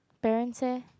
parents eh